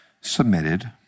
submitted